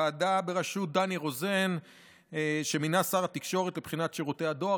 ועדה בראשות דני רוזן שמינה שר התקשורת לבחינת שירותי הדואר.